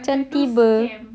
macam tiba